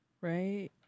right